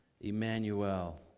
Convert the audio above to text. Emmanuel